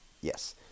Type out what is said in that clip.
Yes